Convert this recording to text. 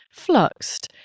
Fluxed